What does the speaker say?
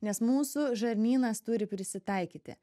nes mūsų žarnynas turi prisitaikyti